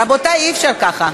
רבותי, אי-אפשר ככה.